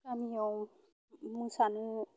गामियाव मोसानो